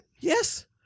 Yes